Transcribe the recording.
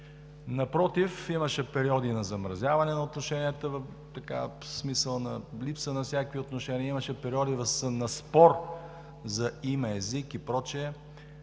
Напротив, имаше периоди на замразяване на отношенията, в смисъл на липса на всякакви отношения, имаше периоди на спор за име, език и прочие